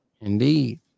Indeed